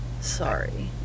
sorry